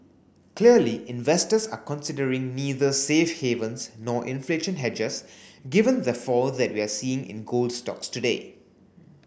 clearly investors are considering neither safe havens nor inflation hedges given the fall that we're seeing in gold stocks today